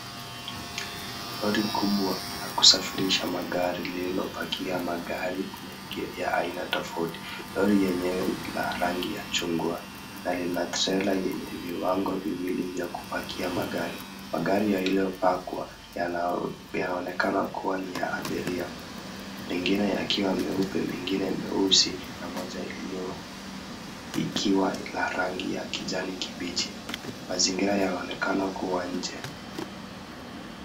Lori kubwa la kusafirisha magari, lililopakia magari mengi ya aina tofauti. Lori yenyewe ni la rangi ya chungwa na lina trela yenye viwango viwili vya kupakia magari. Magari yaliyopakwa yanaonekana kuwa ni ya abiria, mengine yakiwa meupe, mengine meusi na moja iliyo ikiwa la rangi ya kijani kibichi. Mazingira yanaonekana kuwa nje.